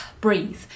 breathe